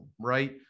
right